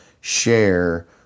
share